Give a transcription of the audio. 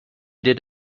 did